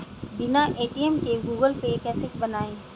बिना ए.टी.एम के Google Pay कैसे बनायें?